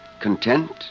Content